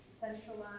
centralize